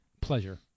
pleasure